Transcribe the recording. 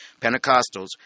Pentecostals